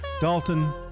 Dalton